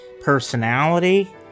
personality